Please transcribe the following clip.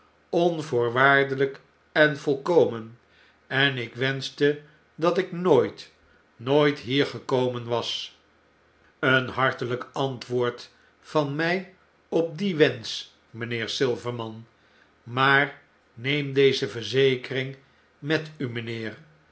k en volkomen en ik wenschte dat ik nooit nooit hier gekomen was een hartelijk antwoord van my op dien wensch mynheer silverman maar neem deze verzekering met u mynheer